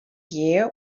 year